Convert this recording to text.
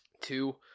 two